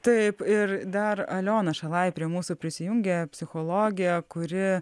taip ir dar aliona šalaj prie mūsų prisijungė psichologė kuri